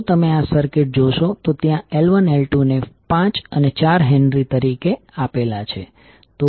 હવે જો તમે આ સર્કિટ જોશો તો ત્યાં L1 L2 ને 5 અને 4 હેનરી તરીકે આપેલા છે